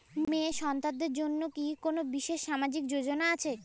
মেয়ে সন্তানদের জন্য কি কোন বিশেষ সামাজিক যোজনা আছে?